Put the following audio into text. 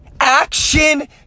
Action